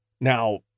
Now